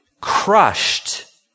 crushed